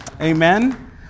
Amen